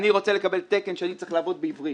אני רוצה לקבל תקן שאפשר לעבוד איתו בעברית.